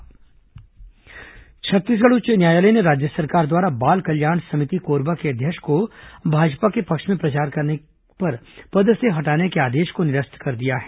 high court बाल कल्याण समिति छत्तीसगढ़ उच्च न्यायालय ने राज्य सरकार द्वारा बाल कल्याण समिति कोरबा की अध्यक्ष को भाजपा के पक्ष में प्रचार करने पर पद से हटाने के आदेश को निरस्त कर दिया है